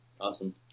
Awesome